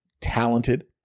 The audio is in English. talented